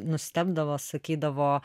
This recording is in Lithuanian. nustebdavo sakydavo